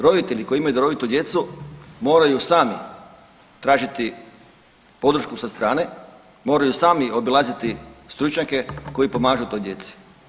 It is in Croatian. Roditelji koji imaju darovitu djecu moraju sami tražiti podršku sa strane, moraju sami obilaziti stručnjake koji pomažu toj djeci.